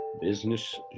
business